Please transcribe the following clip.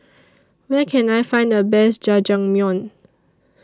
Where Can I Find The Best Jajangmyeon